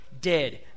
dead